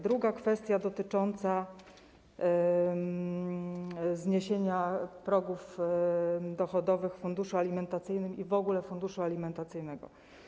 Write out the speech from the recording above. Druga kwestia dotyczy zniesienia progów dochodowych w przypadku funduszu alimentacyjnego i w ogóle funduszu alimentacyjnego.